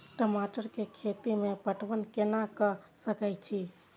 टमाटर कै खैती में पटवन कैना क सके छी?